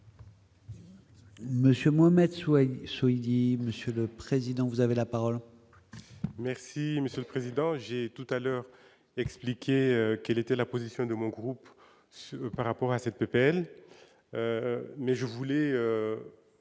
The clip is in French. Monsieur Mohamed, dit monsieur le président, vous avez la parole. Merci Monsieur le Président, j'ai tout à l'heure, expliquer quelle était la position de mon groupe, par rapport à cette peine, mais je voulais